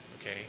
okay